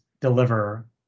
deliver